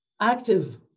active